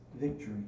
victory